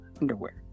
underwear